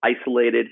isolated